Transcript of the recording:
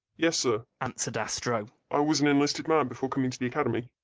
yes, sir, answered astro, i was an enlisted man before coming to the academy.